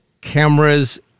Cameras